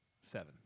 Seven